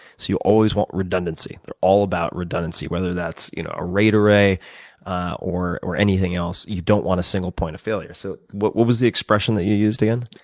so you always want redundancy. they're all about redundancy. whether that's you know a ray to ray or or anything else, you don't want a single point of failure. so what what was the expression that you used again?